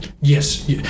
yes